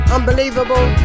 Unbelievable